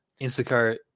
Instacart